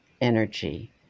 energy